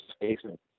basement